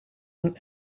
een